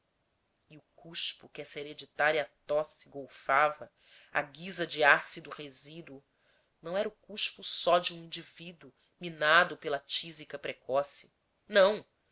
e o cuspo que essa hereditária tosse golfava à guisa de ácido resíduo não era o cuspo só de um indivíduo minado pela tísica precoce não